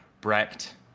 Brecht